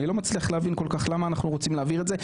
אני לא מצליח להבין כל כך למה אנחנו רוצים להעביר את זה,